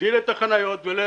להגדיל את מספר החניות ולחנך.